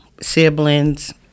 siblings